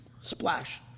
splash